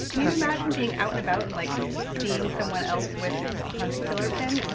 can you imagine being out and about and like seeing someone else with a hunt a killer pin,